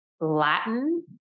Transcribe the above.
Latin